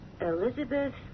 Elizabeth